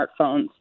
smartphones